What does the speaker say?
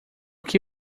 que